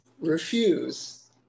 refuse